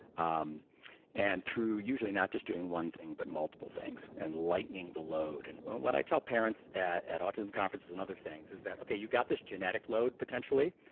um and through usually not just doing one thing but multiple things, and lightening the load. and what i tell parents at autism conferences and other things is that, okay you got this genetic load potentially,